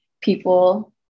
people